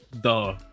duh